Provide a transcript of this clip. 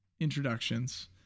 introductions